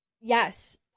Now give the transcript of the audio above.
Yes